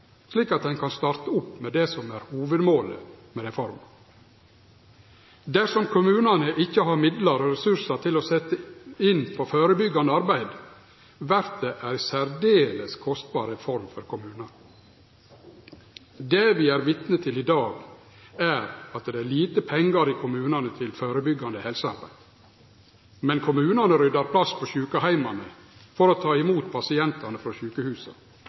slik at ein kan starte opp med det som er hovudmålet med reforma. Dersom kommunane ikkje har midlar og ressursar å setje inn på førebyggjande arbeid, vert det ei særdeles kostbar reform for kommunane. Det vi er vitne til i dag, er at det er lite pengar i kommunane til førebyggjande helsearbeid, men kommunane ryddar plass på sjukeheimane for å ta imot pasientane frå sjukehusa.